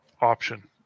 option